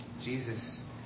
Jesus